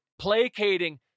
placating